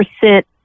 percent